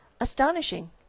astonishing